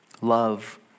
Love